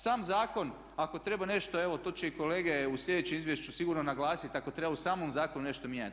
Sam zakon ako treba nešto, evo to će i kolege u sljedećem izvješću sigurno naglasiti, ako treba u samom zakonu nešto mijenjati.